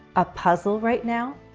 a puzzle right now?